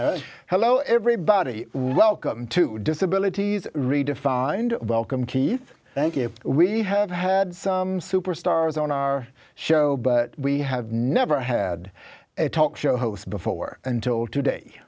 you hello everybody welcome to disability redefined welcome keith thank you we have had some superstars on our show but we have never had a talk show host before until today